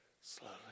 slowly